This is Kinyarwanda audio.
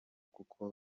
kuko